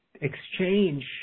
exchange